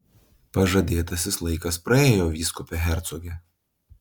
pažadėtasis laikas praėjo vyskupe hercoge